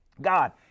God